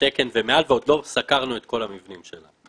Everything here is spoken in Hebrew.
בתקן ומעל ועוד לא סקרנו את כל המבנים שלנו.